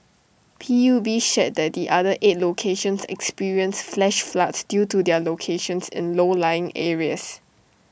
P U B shared that the other eight locations experienced flash floods due to their locations in low lying areas